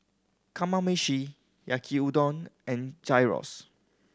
Kamameshi Yaki Udon and Gyros